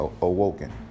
awoken